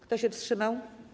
Kto się wstrzymał?